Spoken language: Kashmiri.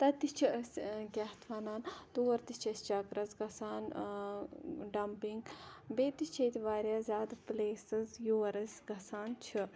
تَتہِ چھِ أسۍ کیاہ اَتھ وَنان تور تہِ چھِ أسۍ چَکرَس گَژھان ڈَمپِنٛگ بیٚیہِ تہِ چھِ ییٚتہِ واریاہ زیادٕ پلیسٕز یور أسۍ گَژھان چھِ